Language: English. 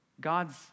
God's